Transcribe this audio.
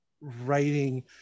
writing